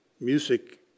music